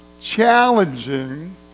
challenging